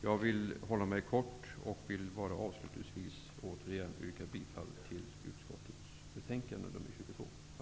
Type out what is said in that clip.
Avslutningsvis vill jag återigen yrka bifall till hemställan i utskottets betänkande nr 22.